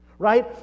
right